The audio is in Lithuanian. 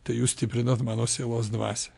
tai jūs stiprinot mano sielos dvasią